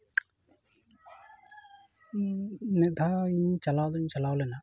ᱢᱤᱫ ᱫᱷᱟᱣᱤᱧ ᱪᱟᱞᱟᱣ ᱫᱩᱧ ᱪᱟᱞᱟᱣ ᱞᱮᱱᱟ